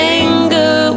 anger